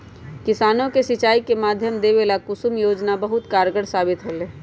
किसानों के सिंचाई के माध्यम देवे ला कुसुम योजना बहुत कारगार साबित होले है